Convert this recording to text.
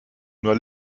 nur